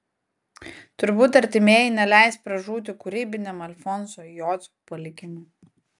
turbūt artimieji neleis pražūti kūrybiniam alfonso jocio palikimui